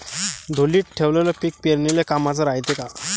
ढोलीत ठेवलेलं पीक पेरनीले कामाचं रायते का?